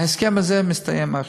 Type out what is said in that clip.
ההסכם הזה מסתיים עכשיו,